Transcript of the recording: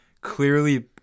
clearly